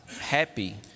happy